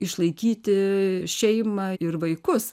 išlaikyti šeimą ir vaikus